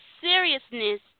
seriousness